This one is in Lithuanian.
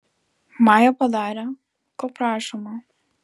maja padarė ko prašoma